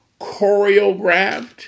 choreographed